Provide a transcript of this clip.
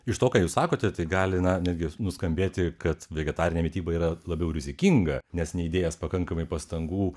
iš to ką jūs sakote tai gali na netgi nuskambėti kad vegetarinė mityba yra labiau rizikinga nes neįdėjęs pakankamai pastangų